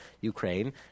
Ukraine